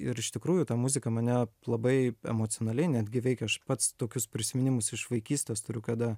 ir iš tikrųjų ta muzika mane labai emocionaliai netgi veikė aš pats tokius prisiminimus iš vaikystės turiu kada